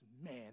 man